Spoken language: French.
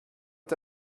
est